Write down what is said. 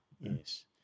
Yes